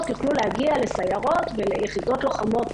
יוכלו להגיע לסיירות וליחידות לוחמות.